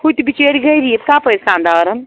ہُتہِ بِچٲر غریٖب کَپٲر سنٛدارَن